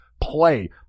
play